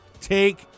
take